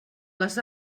les